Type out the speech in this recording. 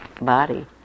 body